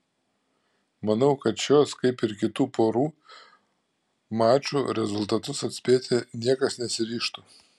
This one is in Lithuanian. manau kad šios kaip ir kitų porų mačų rezultatus atspėti niekas nesiryžtų